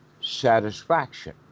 satisfaction